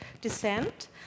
descent